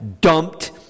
dumped